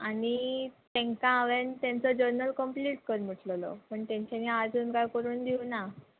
आनी तांकां हांवें तेंचो जर्नल कंप्लीट कर म्हटलेलो पूण तेंच्यानी आजून काय करून दिवना